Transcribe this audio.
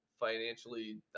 Financially